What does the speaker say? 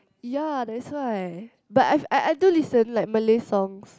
ya that's why but I've I I do listen like Malay songs